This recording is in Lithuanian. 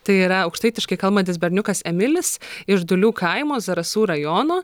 tai yra aukštaitiškai kalbantis berniukas emilis iš dulių kaimo zarasų rajono